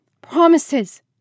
Promises